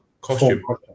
costume